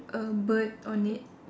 a bird on it